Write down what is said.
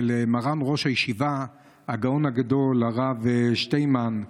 של מרן ראש הישיבה הגאון הגדול הרב שטיינמן,